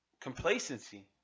complacency